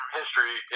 history